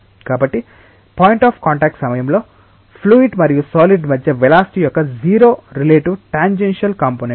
కాబట్టి point of contact సమయంలో fluid మరియు సాలిడ్ మధ్య వెలాసిటి యొక్క 0 రిలేటివ్ టాంజెన్షియల్ కాంపొనెంట్